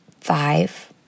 five